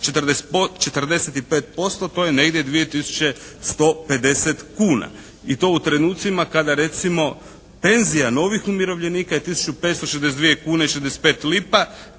45% to je negdje 2150 kuna. I to u trenucima kada penzija novih umirovljenika je 1562 kune i 65 lipa.